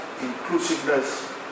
inclusiveness